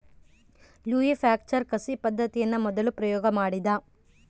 Louis Pasteur ಕಸಿ ಪದ್ದತಿಯನ್ನು ಮೊದಲು ಪ್ರಯೋಗ ಮಾಡಿದ